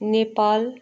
Nepal